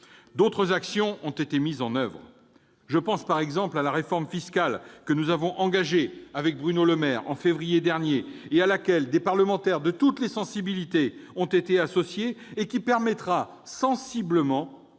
D'autres actions ont été mises en oeuvre. Je pense, par exemple, à la réforme fiscale que nous avons engagée avec Bruno Le Maire en février dernier, à laquelle des parlementaires de toutes les sensibilités ont été associés. Celle-ci permettra d'améliorer